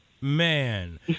man